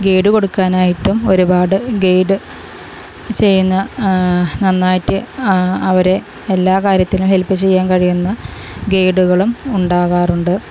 guide കൊടുക്കാനായിട്ടും ഒരുപാട് guide ചെയ്യുന്ന നന്നായിട്ട് അവരെ എല്ലാ കാര്യത്തിനും ഹെൽപ്പ് ചെയ്യാൻ കഴിയുന്ന ഗൈഡുകളും ഉണ്ടാകാറുണ്ട്